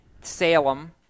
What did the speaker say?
Salem